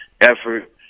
effort